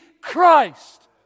Christ